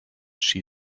she